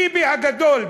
ביבי הגדול,